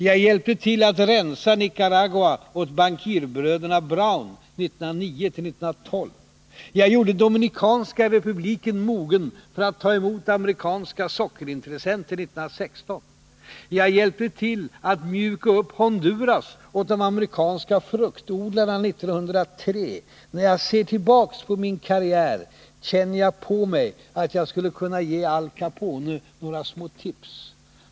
Jag hjälpte till att rensa Nicaragua åt bankirbröderna Brown 1909-1912. Jag gjorde Dominikanska Republiken mogen för att ta emot amerikanska sockerintressenter 1916. Jag hjälpte till att mjuka upp Honduras åt de amerikanska fruktodlarna 1903. När jag ser tillbaka på min karriär, känner jag på mig, att jag skulle kunna ge Al Capone några små tips.